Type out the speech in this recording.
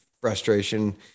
frustration